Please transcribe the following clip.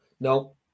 no